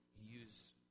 use